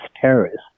terrorists